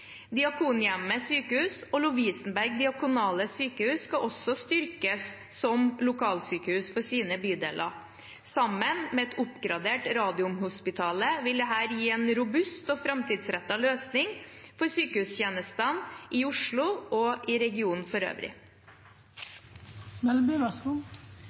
Diakonhjemmet Sykehus og Lovisenberg Diakonale Sykehus skal også styrkes som lokalsykehus for sine bydeler. Sammen med et oppgradert radiumhospital vil dette gi en robust og framtidsrettet løsning for sykehustjenestene i Oslo og i regionen for